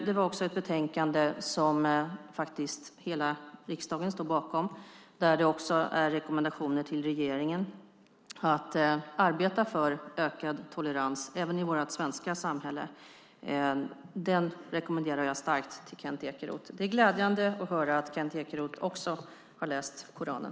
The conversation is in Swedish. Det var också ett betänkande som hela riksdagen stod bakom och som också innehöll rekommendationer till regeringen att arbeta för ökad tolerans även i vårt svenska samhälle. Detta rekommenderar jag starkt till Kent Ekeroth. Det är glädjande att höra att Kent Ekeroth också har läst Koranen.